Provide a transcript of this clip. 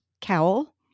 cowl